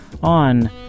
on